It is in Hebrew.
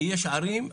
כי יש ערים,